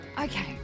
Okay